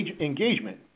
engagement